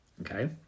Okay